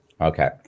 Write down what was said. Okay